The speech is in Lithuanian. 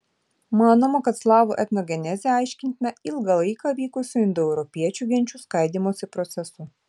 manoma kad slavų etnogenezė aiškintina ilgą laiką vykusiu indoeuropiečių genčių skaidymosi procesu